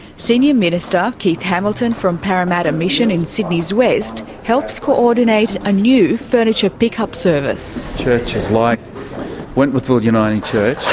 senior minister keith hamilton from parramatta mission in sydney's west helps co-ordinate a new furniture pick-up service. churches like wentworthville uniting church,